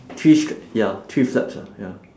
three str~ ya three flaps ah ya